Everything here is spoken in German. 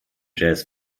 jazz